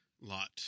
Lot